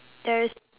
there is